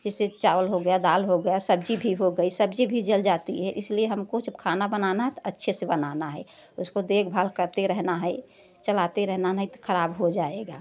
जैसे चावल हो गया दाल हो गया सब्ज़ी भी हो गई सब्ज़ी भी जल जाती है इसलिए हमको खाना बनाना अच्छे से बनाना है उसको देखभाल करते रहना है चलाते रहना नहीं तो खराब हो जाएगा